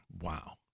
Wow